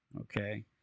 Okay